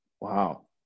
Wow